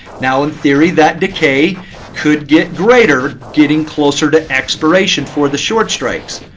now in theory, that decay could get greater getting closer to expiration for the short strikes.